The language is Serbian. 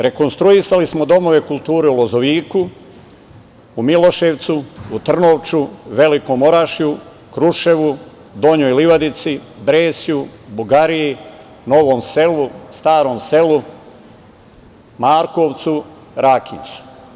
Rekonstruisali smo domove kulture u Lozoviku, u Miloševcu, u Trnovču, Velikom Orašju, Kruševu, Donjoj Livadici, Bresju, Bugariji, Novom selu, Starom selu, Markovcu, Rakincu.